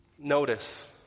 Notice